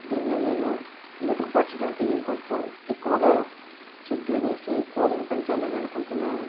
దీన్ని నేను మెరుగుపరచడానికి ఇంకొంచెం ఎక్కువగా సిడ్లు వేసి కోళ్లను పెంచాలి అనుకుంటున్నాను